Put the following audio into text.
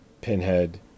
Pinhead